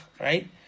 right